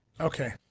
Okay